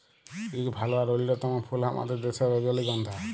ইক ভাল আর অল্যতম ফুল আমাদের দ্যাশের রজলিগল্ধা